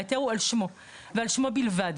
ההיתר הוא על שמו ועל שמו בלבד.